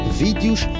vídeos